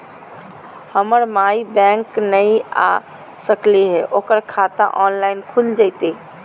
हमर माई बैंक नई आ सकली हई, ओकर खाता ऑनलाइन खुल जयतई?